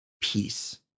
peace